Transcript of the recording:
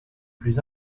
plus